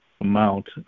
amount